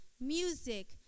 music